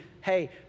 hey